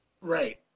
Right